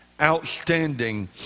outstanding